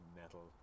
metal